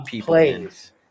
plays